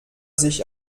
sich